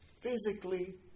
physically